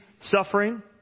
suffering